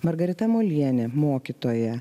margarita molienė mokytoja